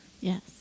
Yes